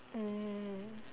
mm